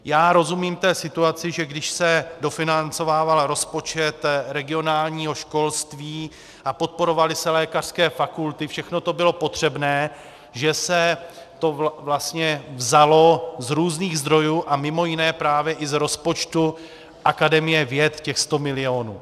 Já rozumím té situaci, že když se dofinancovával rozpočet regionálního školství a podporovaly se lékařské fakulty, všechno to bylo potřebné, že se to vlastně vzalo z různých zdrojů a mimo jiné i právě z rozpočtu akademie věd, těch 100 milionů.